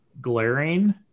glaring